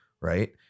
right